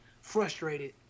frustrated